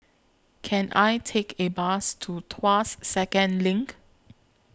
Can I Take A Bus to Tuas Second LINK